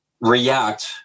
react